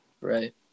Right